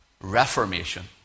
reformation